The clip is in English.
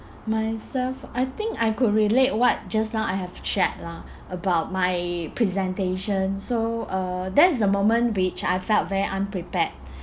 myself I think I could relate what just now I have shared lah about my presentation so uh that's the moment which I felt very unprepared